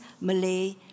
Malay